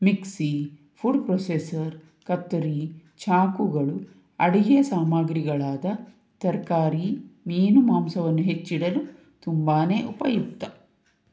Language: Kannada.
ಮಿಕ್ಸಿ ಫುಡ್ ಪ್ರೋಸೆಸರ್ ಕತ್ತರಿ ಚಾಕುಗಳು ಅಡಿಗೆ ಸಾಮಗ್ರಿಗಳಾದ ತರಕಾರಿ ಮೀನು ಮಾಂಸವನ್ನು ಹೆಚ್ಚಿಡಲು ತುಂಬ ಉಪಯುಕ್ತ